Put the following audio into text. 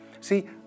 See